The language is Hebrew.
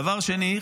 דבר שני,